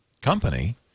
company